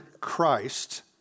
Christ